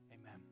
Amen